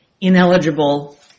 ineligible